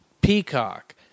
Peacock